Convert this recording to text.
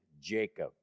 Jacob